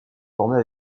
formait